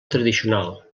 tradicional